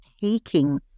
taking